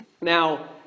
Now